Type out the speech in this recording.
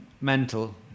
mental